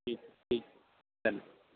ਠੀਕ ਠੀਕ ਧਨਵਾਦ